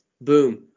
Boom